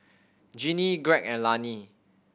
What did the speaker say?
Ginny Greg and Lani